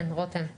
כן, רותם.